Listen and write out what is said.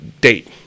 date